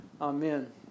Amen